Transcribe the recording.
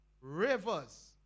rivers